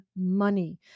money